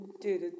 Dude